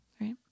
Right